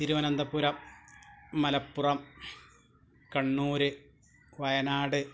Thiruvananthapuram Malappuram Kannur Wayanad